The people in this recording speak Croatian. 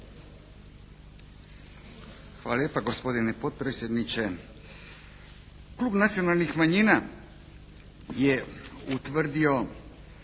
Hvala lijepa gospodine potpredsjedniče. Klub nacionalnih manjina je utvrdio